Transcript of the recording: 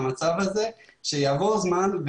כל מה שנכנס מדי שנה נועד לצורכי שירות וזה